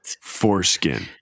Foreskin